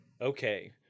Okay